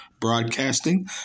Broadcasting